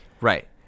right